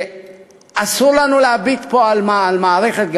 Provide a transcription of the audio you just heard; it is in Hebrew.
שאסור לנו להביט פה על מערכת,